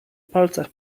palcach